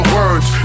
words